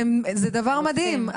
זה דבר מדהים,